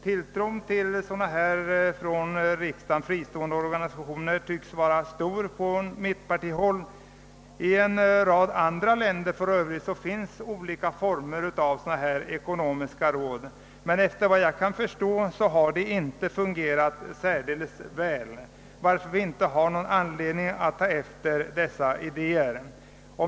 Tilltron till sådana från riksdagen fristående organisationer tycks vara stor på mittenpartihåll. I en rad andra länder finns för övrigt olika former av ekonomiska råd, men efter vad jag kan förstå har de inte fungerat särdeles väl varför vi inte har någon anledning att ta efter dessa idéer.